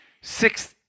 six